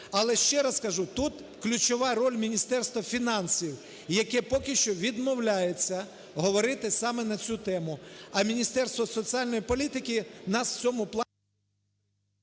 Але, ще раз кажу, тут ключова роль Міністерства фінансів, яке поки що відмовляється говорити саме на цю тему. А Міністерство соціальної політики нас в цьому плані…